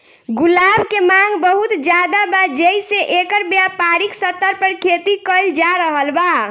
गुलाब के मांग बहुत ज्यादा बा जेइसे एकर व्यापारिक स्तर पर खेती कईल जा रहल बा